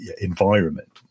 environment